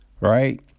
right